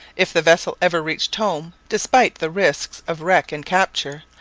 if the vessel ever reached home, despite the risks of wreck and capture,